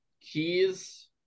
Keys